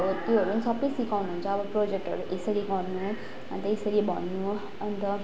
अब त्योहरू पनि सबै सिकाउनुहुन्छ अब प्रोजेक्टहरू यसरी गर्नु अन्त यसरी भन्नु अन्त